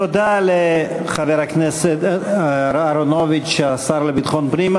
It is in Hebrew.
תודה לחבר הכנסת אהרונוביץ, השר לביטחון פנים.